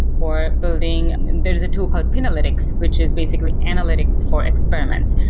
for building there is a tool called pinalytics, which is basically analytics for experiments.